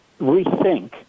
rethink